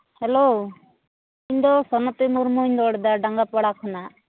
hello ᱤᱧᱫᱚ ᱥᱚᱱᱚᱛᱤ ᱢᱩᱨᱢᱩᱧ ᱨᱚᱲᱫᱟ ᱰᱟᱸᱜᱟᱯᱟᱲᱟ ᱠᱷᱚᱱᱟᱜ